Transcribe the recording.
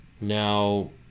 Now